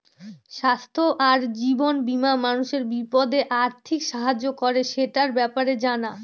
স্বাস্থ্য আর জীবন বীমা মানুষের বিপদে আর্থিক সাহায্য করে, সেটার ব্যাপারে জানা